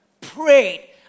prayed